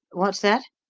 what's that?